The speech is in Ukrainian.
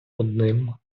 одним